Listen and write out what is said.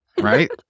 Right